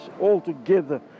altogether